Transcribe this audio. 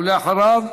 ואחריו,